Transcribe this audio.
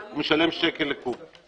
הוא משלם שקל לקוב.